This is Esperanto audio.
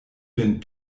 vin